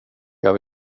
jag